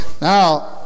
Now